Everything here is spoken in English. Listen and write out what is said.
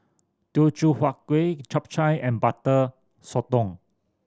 Teochew Huat Kueh Chap Chai and Butter Sotong